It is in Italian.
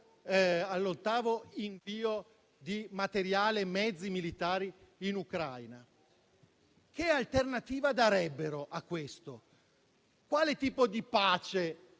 all'ottavo invio di materiali e mezzi militari in Ucraina che alternativa darebbero a questo? Quale tipo di pace